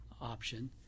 option